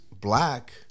black